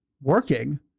working